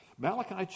Malachi